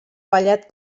ballet